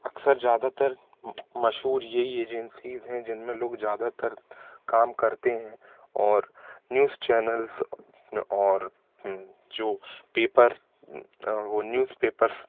अक्सर ज़्यादातर मशहूर यही एजेंसीज़ हैं जिनमें लोग ज़्यादातर काम करते हैं और न्यूज़ चैनल्स और जो पेपर वो न्यूज़पेपर्स